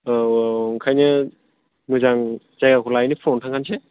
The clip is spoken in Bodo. औ औ ओंखायनो मोजां जायगाखौ लाहैनो फुङावनो थांखासै